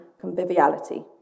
conviviality